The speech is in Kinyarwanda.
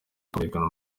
kumenyekana